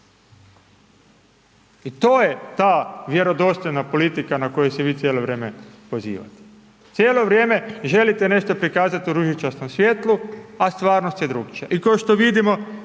I to je ta vjerodostojna politika na koju se vi cijelo vrijeme pozivate. Cijelo vrijeme želite nešto prikazati u ružičastom svijetlu a stvarnost je drugačija